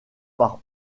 par